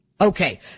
Okay